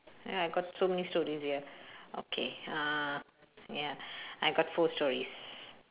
ya I got so many stories here okay uh ya I got four stories